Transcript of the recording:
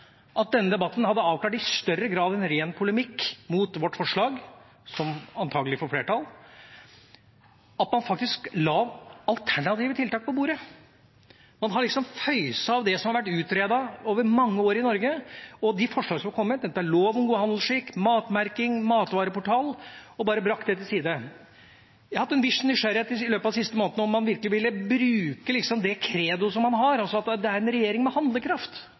at denne debatten hadde avklart i større grad enn bare å være ren polemikk mot vårt forslag, som antakelig får flertall, og at man faktisk la alternative tiltak på bordet. Man har liksom føyset av det som har vært utredet over mange år i Norge og de forslagene som har kommet – enten det er lov om god handelsskikk, matmerking eller matvareportal – og bare lagt det til side. Jeg har i løpet av de siste månedene vært nysgjerrig på om man virkelig ville bruke det credo som man har, at det er en regjering med handlekraft.